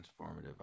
transformative